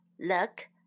look